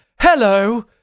Hello